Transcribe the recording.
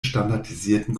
standardisierten